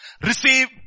Receive